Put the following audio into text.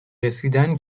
رسیدن